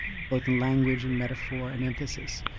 both in language and metaphor and emphasis.